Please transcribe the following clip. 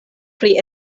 pri